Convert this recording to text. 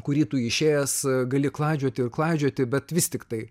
kurį tu išėjęs gali klaidžioti ir klaidžioti bet vis tiktai